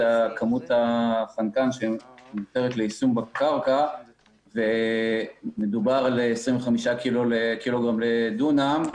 זאת כמות החנקן שמותרת ליישום בקרקע כאשר מדובר על 25 קילוגרם לדונם.